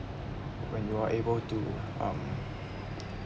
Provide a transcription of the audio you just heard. when you are able to um